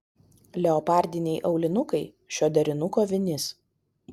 leopardiniai aulinukai šio derinuko vinis